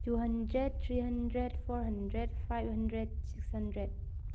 two hundred three hundred four hundred five hundred six hundred